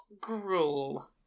gruel